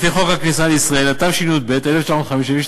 לפי חוק הכניסה לישראל, התשי"ב 1952,